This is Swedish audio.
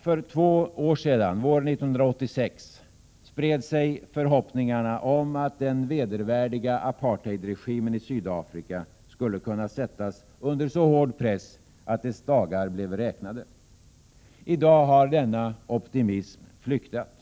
För två år sedan, våren 1986, spred sig förhoppningarna om att den vedervärdiga apartheidregimen i Sydafrika skulle kunna sättas under så hård press att dess dagar blev räknade. I dag har denna optimism flyktat.